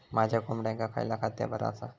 माझ्या कोंबड्यांका खयला खाद्य बरा आसा?